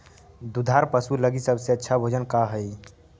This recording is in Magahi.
दुधार पशु लगीं सबसे अच्छा भोजन का हई?